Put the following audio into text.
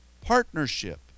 partnership